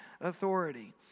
authority